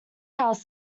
house